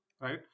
right